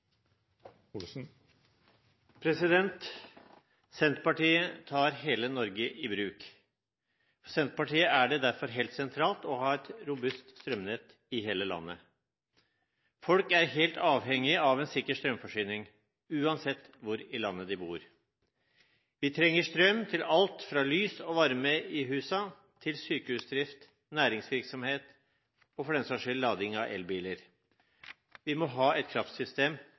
nettselskapene. Senterpartiet tar hele Norge i bruk. For Senterpartiet er det derfor helt sentralt å ha et robust strømnett i hele landet. Folk er helt avhengig av en sikker strømforsyning, uansett hvor i landet de bor. Vi trenger strøm til alt fra lys og varme i husene til sykehusdrift, næringsvirksomhet og, for den saks skyld, lading av elbiler. Vi må ha et kraftsystem